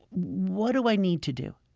what do i need to do?